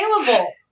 available